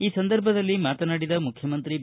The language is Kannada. ಈ ಸಂದರ್ಭದಲ್ಲಿ ಮಾತನಾಡಿದ ಮುಖ್ಚಮಂತ್ರಿ ಬಿ